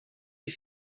les